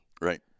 Right